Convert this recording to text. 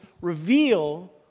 reveal